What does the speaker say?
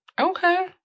Okay